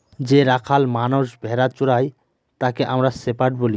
যে রাখাল মানষ ভেড়া চোরাই তাকে আমরা শেপার্ড বলি